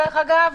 דרך אגב,